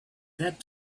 that